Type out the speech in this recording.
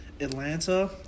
Atlanta